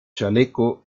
chaleco